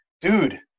dude